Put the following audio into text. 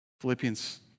Philippians